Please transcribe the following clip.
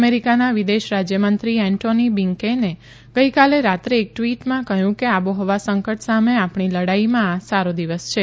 અમેરીકાના વિદેશ રાજ્યમંત્રી એન્ટોની બિન્કેને ગઇકાલે રાત્રે એક ટવીટમાં કહયું કે આબોહવા સંકટ સામે આપણી લડાઇમાં આ સારો દિવસ છે